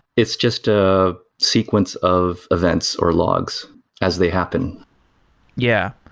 it's just a sequence of events, or logs as they happen yeah.